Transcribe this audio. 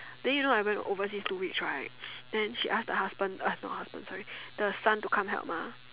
then you know I went overseas two weeks right then she ask the husband uh not husband sorry the son to come help mah